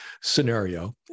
scenario